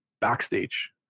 backstage